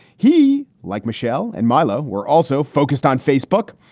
he, like michelle and milo, were also focused on facebook.